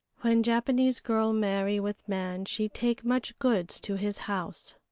when japanese girl marry with man she take much goods to his house.